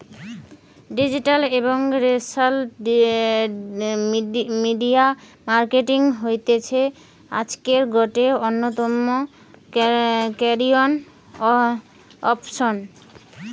digital এবং social media marketing হতিছে আজকের গটে অন্যতম ক্যারিয়ার অপসন